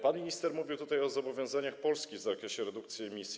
Pan minister mówił tutaj o zobowiązaniach Polski w zakresie redukcji emisji.